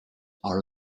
are